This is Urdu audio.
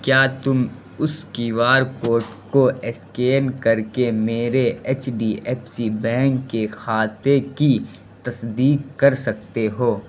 کیا تم اس کیو آر کوڈ کو اسکین کر کے میرے H D F C bank کے خاتے کی تصدیق کر سکتے ہو